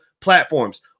platforms